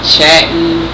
Chatting